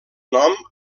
nom